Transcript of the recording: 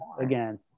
again